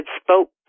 spoke